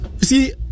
See